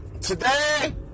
Today